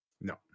no